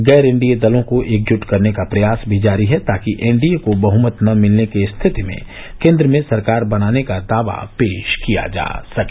गैर एनडीए दलों को एकजुट करने का प्रयास भी जारी है ताकि एनडीए को बहमत न मिलने की स्थिति में केन्द्र में सरकार बनाने का दावा पेश किया जा सके